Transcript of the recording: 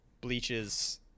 bleaches